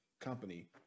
company